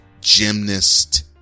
gymnast